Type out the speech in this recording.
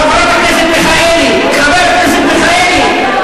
חברת הכנסת מיכאלי, חבר הכנסת מיכאלי.